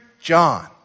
John